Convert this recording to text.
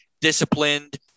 disciplined